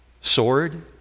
sword